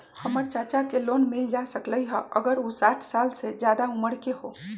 हमर चाचा के लोन मिल जा सकलई ह अगर उ साठ साल से जादे उमर के हों?